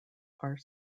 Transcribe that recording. are